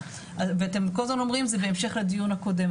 ואתם כל הזמן אומרים זה בהמשך לדיון הקודם,